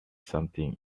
something